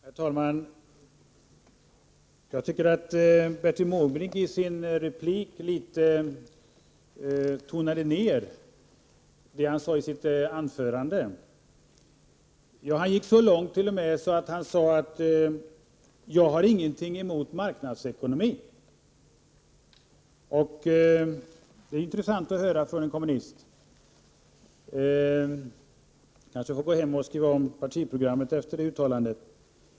Herr talman! Jag tycker att Bertil Måbrink i sin replik litet grand tonade 19 april 1989 ned det han sade i sitt anförande. Han gick t.o.m. så långt att han sade: Jag har ingenting emot marknadsekonomin. Det var intressant att höra från en kommunist. De kanske får gå hem och skriva om partiprogrammet efter det uttalandet.